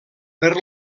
per